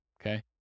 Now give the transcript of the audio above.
okay